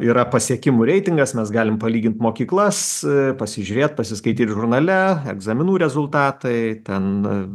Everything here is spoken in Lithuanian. yra pasiekimų reitingas mes galim palygint mokyklas pasižiūrėt pasiskaityt žurnale egzaminų rezultatai ten